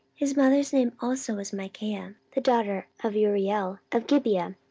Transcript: his mother's name also was michaiah the daughter of uriel of gibeah.